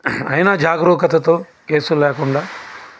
అయినా జాగృకతతో కేసులు లేకుండా